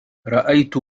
رأيت